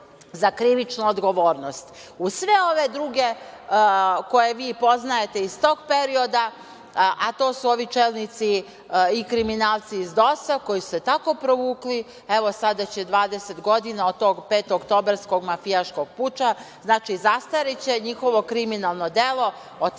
za krivičnu odgovornost. Uz sve ove druge koje poznajete iz tog perioda, a to su ovi čelnici i kriminalci iz DOS-a koji su se tako provukli, evo sada će 20 godina od tog petooktobarskog mafijaškog puča, znači, zastariće njihovo krivično delo